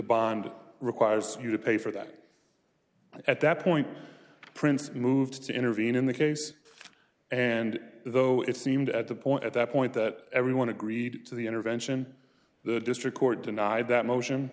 bond requires you to pay for that at that point prince moved to intervene in the case and though it seemed at the point at that point that everyone agreed to the intervention the district court denied that motion